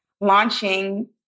launching